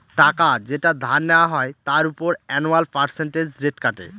টাকা যেটা ধার নেওয়া হয় তার উপর অ্যানুয়াল পার্সেন্টেজ রেট কাটে